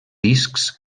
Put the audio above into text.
discs